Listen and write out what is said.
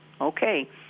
Okay